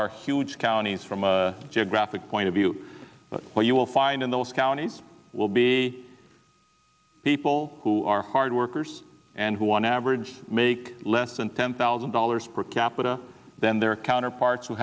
are huge counties from a geographic point of view but what you'll find in those counties will be people who are hard workers and who on average make less than ten thousand dollars per capita than their counterparts who